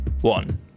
One